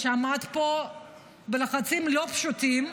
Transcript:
שעמד פה בלחצים לא פשוטים,